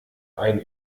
ein